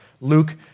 Luke